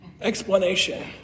explanation